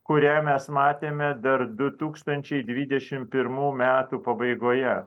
kurią mes matėme dar du tūkstančiai dvidešim pirmų metų pabaigoje